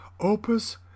opus